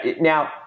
Now